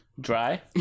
Dry